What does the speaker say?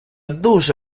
дуже